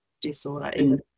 disorder